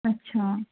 اچھا